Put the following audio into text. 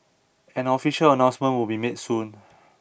an official announcement would be made soon